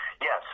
Yes